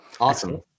awesome